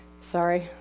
Sorry